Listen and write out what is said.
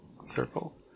Circle